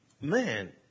Man